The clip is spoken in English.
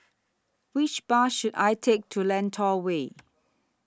Which Bus should I Take to Lentor Way